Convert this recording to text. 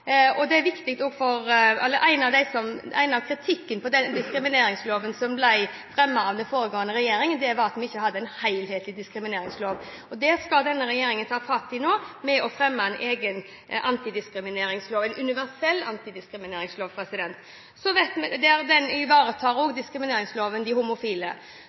at det er viktig for meg, og det har vi vært i mange debatter om før. Jeg er veldig glad for at vi fikk på plass en diskrimineringslov rett før sommeren som alle partiene sto bak. Noe av kritikken av diskrimineringsloven, som ble fremmet av den foregående regjeringen, var at vi ikke hadde en helhetlig diskrimineringslov. Det skal denne regjeringen nå ta fatt i ved å fremme en egen antidiskrimineringslov, en universell